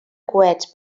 coets